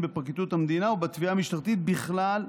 בפרקליטות המדינה או בתביעה המשטרתית בכלל